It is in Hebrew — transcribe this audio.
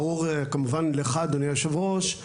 ברור כמובן לך אדוני היו"ר,